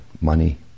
money